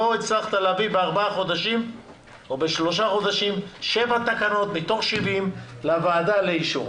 לא הצלחת להביא בשלושה חודשים שבע תקנות מתוך 70 לוועדה לאישור.